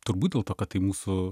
turbūt dėl to kad tai mūsų